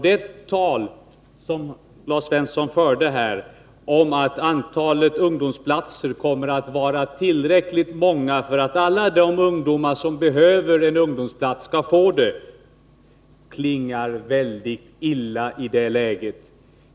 Det tal som Lars Svensson här förde om att antalet ungdomsplatser kommer att vara tillräckligt stort för att alla de ungdomar som behöver en ungdomsplats skall få en sådan klingar väldigt illa i nuvarande läge.